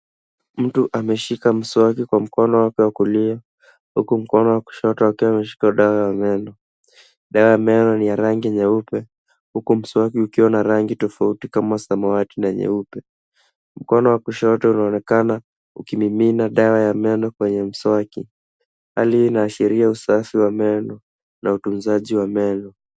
Mtu ameshika mswaki kwa mkono wake wa kulia huku mkono wa kushoto akiwa ameshika dawa ya meno, dawa ya meno ni ya rangi nyeupe huku mswaki ukiwa na rangi tofauti kama samawati na nyeupe. Mkono wa kushoto unaonekana ukimimina dawa ya meno kwenye mswaki, hali hii inaashiria usafi wa meno na utunzaji wa meno.